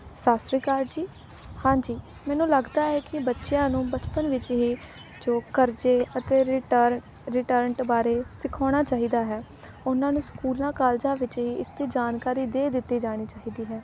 ਸਤਿ ਸ਼੍ਰੀ ਅਕਾਲ ਜੀ ਹਾਂਜੀ ਮੈਨੂੰ ਲੱਗਦਾ ਹੈ ਕਿ ਬੱਚਿਆਂ ਨੂੰ ਬਚਪਨ ਵਿੱਚ ਹੀ ਜੋ ਕਰਜ਼ੇ ਅਤੇ ਰਿਟਰ ਰਿਟਰਨਟ ਬਾਰੇ ਸਿਖਾਉਣਾ ਚਾਹੀਦਾ ਹੈ ਉਹਨਾਂ ਨੂੰ ਸਕੂਲਾਂ ਕਾਲਜਾਂ ਵਿੱਚ ਹੀ ਇਸ ਦੀ ਜਾਣਕਾਰੀ ਦੇ ਦਿੱਤੀ ਜਾਣੀ ਚਾਹੀਦੀ ਹੈ